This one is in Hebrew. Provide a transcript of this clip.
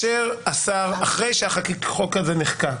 אחרי שהחוק הזה נחקק,